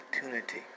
opportunity